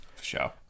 Sure